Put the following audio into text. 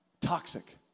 Toxic